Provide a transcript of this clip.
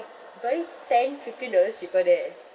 probably ten fifteen dollars cheaper there